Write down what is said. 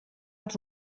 els